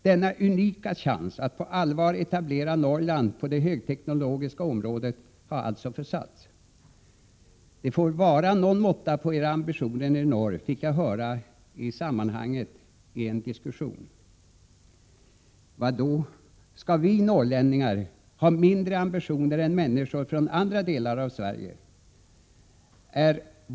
Denna unika chans att på allvar etablera Norrland på det högteknologiska området har alltså försuttits. ”Det får vara någon måtta på era ambitioner i norr” fick jag höra i sammanhanget i en diskussion. Va då — skall vi norrlänningar ha mindre ambitioner än människor från andra delar av Sverige?